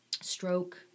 stroke